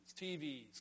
TVs